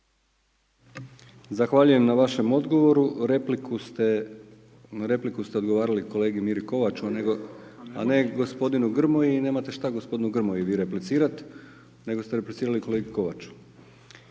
Zahvaljujem na vašem odgovoru. Na repliku ste odgovarali kolegi Miri Kovaču a ne gospodinu Grmoji i nemate šta gospodinu Grmoji vi replicirati nego ste replicirali kolegi Kovaču.